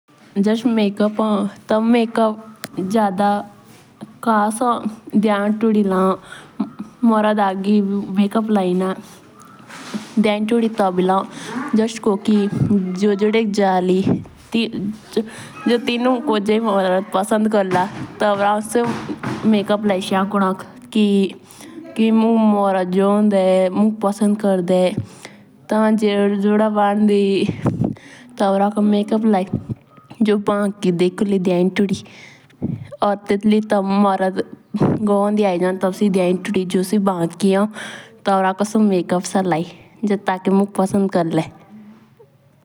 मेकू का उदेशोये एना हो कि आपुक आचे डेकुनोक या कोटुई ड्रामे मुजा कोटुई का रोल क्रनोक भी मेकू ही करो। एशो आमारे दोबो मेकू जादा दियातुडी ही करो जब। से शादी या कोटुई उत्साव मुज जाओ।